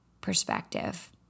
Perspective